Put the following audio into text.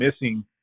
missing